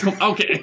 Okay